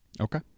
Okay